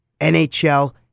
NHL